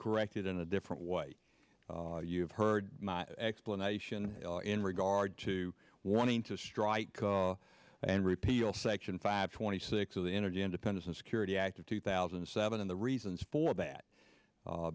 correct it in a different way you've heard my explanation in regard to wanting to strike and repeal section five twenty six of the energy independence and security act of two thousand and seven the reasons for that